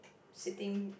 sitting